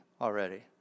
already